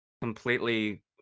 completely